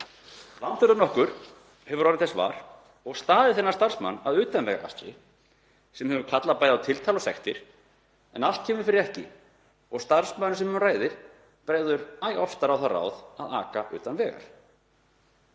Landvörður nokkur hefur orðið þess var og staðið þennan starfsmann að utanvegaakstri sem hefur kallað bæði á tiltal og sektir, en allt kemur fyrir ekki og starfsmaðurinn sem um ræðir bregður æ oftar á það ráð að aka utan vegar.